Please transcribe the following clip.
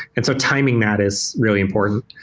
and so timing that is really important.